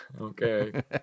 Okay